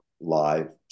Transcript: live